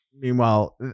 Meanwhile